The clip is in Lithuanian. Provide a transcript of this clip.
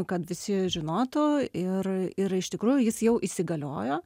kad visi žinotų ir ir iš tikrųjų jis jau įsigaliojo